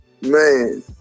Man